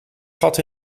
gat